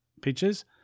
pictures